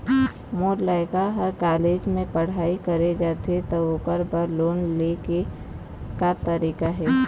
मोर लइका हर कॉलेज म पढ़ई करे जाही, त ओकर बर लोन ले के का तरीका हे?